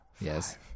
yes